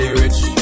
rich